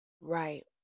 Right